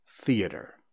theater